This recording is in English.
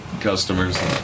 customers